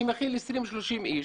שמכיל 30-20 אנשים.